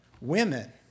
Women